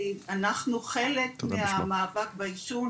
כי אנחנו חלק מהמאבק בעישון,